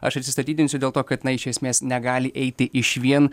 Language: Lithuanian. aš atsistatydinsiu dėl to kad na iš esmės negali eiti išvien